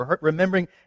remembering